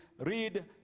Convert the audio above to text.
read